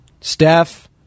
Steph